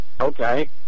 okay